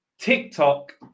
TikTok